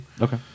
Okay